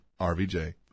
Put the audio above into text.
RVJ